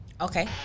Okay